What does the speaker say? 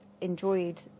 enjoyed